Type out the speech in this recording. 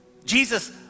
Jesus